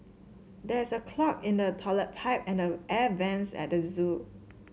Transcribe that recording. there is a clog in the toilet pipe and the air vents at the zoo